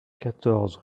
quatorze